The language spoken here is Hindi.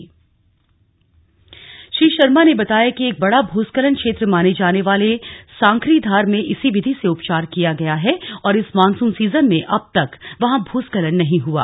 ऑल वैदर रोड़ जारी श्री शर्मा ने बताया कि एक बड़ा भूस्खलन क्षेत्र माने जाने वाले सांखरीधार में इसी विधि से उपचार किया गया है और इस मानसून सीजन में अब तक वहां भूस्खलन नहीं हुआ